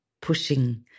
pushing